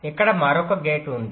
ఇక్కడ మరొక గేట్ ఉంది